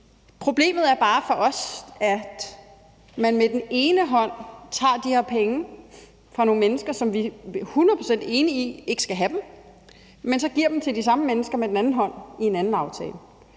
Problemet er bare for os, at man med den ene hånd tager de her penge fra nogle mennesker, som vi er hundrede procent enige i ikke skal have dem, og så giver dem til de samme mennesker med den anden hånd i en anden aftale.